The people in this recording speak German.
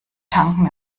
tanken